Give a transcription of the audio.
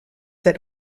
that